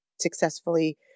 successfully